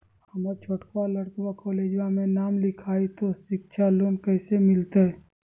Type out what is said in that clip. हमर छोटका लड़कवा कोलेजवा मे नाम लिखाई, तो सिच्छा लोन कैसे मिलते?